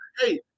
hey